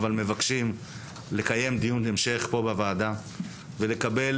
אבל מבקשים לקיים דיון המשך פה בוועדה ולקבל